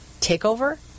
takeover